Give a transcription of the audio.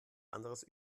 anderes